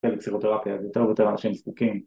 ‫לפסיכותרפיה, ‫זה יותר ויותר אנשים זקוקים.